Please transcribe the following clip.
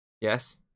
yes